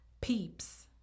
Peeps